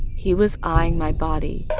he was eyeing my body.